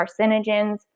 carcinogens